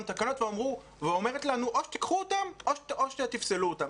תקנות ואומרת לנו: או שתיקחו אותן או שתפסלו אותן,